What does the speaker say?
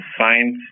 find